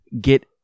get